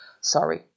Sorry